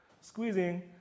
squeezing